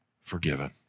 forgiven